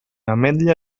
ametlla